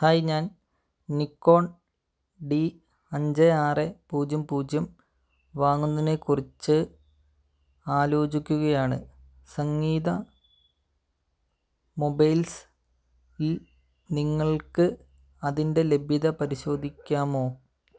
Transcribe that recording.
hi ഞാൻ Nikon D അഞ്ച് ആറ് പൂജ്യം പൂജ്യം വാങ്ങുന്നതിനെക്കുറിച്ച് ആലോചിക്കുകയാണ് സംഗീത മൊബൈൽസ്ൽ നിങ്ങൾക്ക് അതിൻ്റെ ലഭ്യത പരിശോധിക്കാമോ